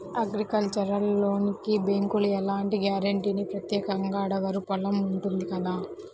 agricultural లోనుకి బ్యేంకులు ఎలాంటి గ్యారంటీనీ ప్రత్యేకంగా అడగరు పొలం ఉంటుంది కదా